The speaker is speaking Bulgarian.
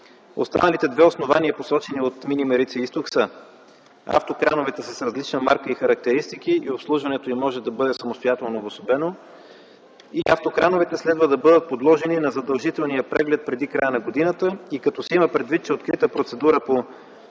Останалите две основания, посочени от Мини „Марица-Изток” са: - автокрановете са с различна марка и характеристики и обслужването им може да бъде самостоятелно обособено; - автокрановете следва да бъдат подложени на задължителния преглед преди края на годината и като се има предвид, че е открита процедура по